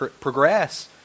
progress